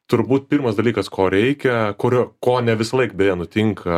turbūt pirmas dalykas ko reikia kurio kone visąlaik beje nutinka